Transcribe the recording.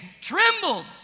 trembled